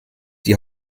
die